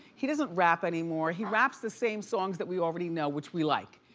he doesn't rap anymore. he raps the same songs that we already know which we like.